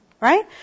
Right